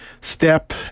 step